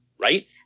right